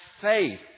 faith